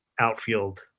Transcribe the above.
outfield